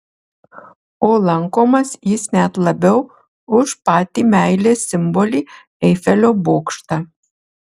o lankomas jis net labiau už patį meilės simbolį eifelio bokštą